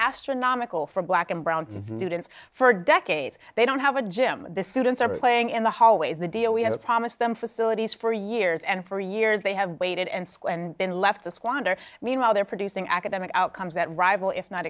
astronomical for black and brown newtons for decades they don't have a gym the students are playing in the hallways the deal we have promised them facilities for years and for years they have waited and school and been left to squander meanwhile they're producing academic outcomes that rival if not